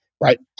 Right